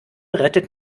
rettet